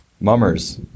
Mummers